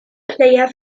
player